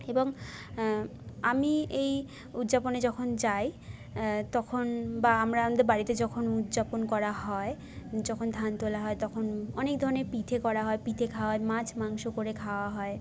এবং আমি এই উদযাপনে যখন যাই তখন বা আমরা আমাদের বাড়িতে যখন উদযাপন করা হয় যখন ধান তোলা হয় তখন অনেক ধরণের পিঠে করা হয় পিঠে খাওয়া হয় মাছ মাংস করে খাওয়া হয়